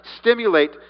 stimulate